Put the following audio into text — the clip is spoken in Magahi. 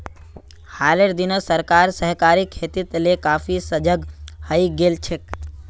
हालेर दिनत सरकार सहकारी खेतीक ले काफी सजग हइ गेल छेक